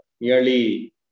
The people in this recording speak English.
nearly